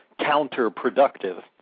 counterproductive